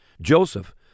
Joseph